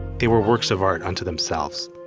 they were works of art unto themselves.